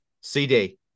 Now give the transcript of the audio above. CD